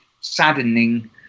saddening